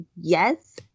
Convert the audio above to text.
yes